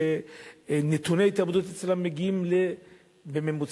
שנתוני ההתאבדות אצלם מגיעים בהשוואה